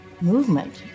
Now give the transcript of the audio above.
movement